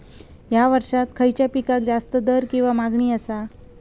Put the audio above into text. हया वर्सात खइच्या पिकाक जास्त दर किंवा मागणी आसा?